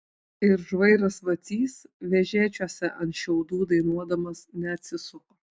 ir žvairas vacys vežėčiose ant šiaudų dainuodamas neatsisuko